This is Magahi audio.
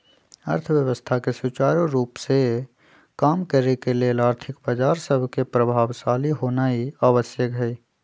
अर्थव्यवस्था के सुचारू रूप से काम करे के लेल आर्थिक बजार सभके प्रभावशाली होनाइ आवश्यक हइ